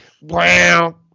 Wow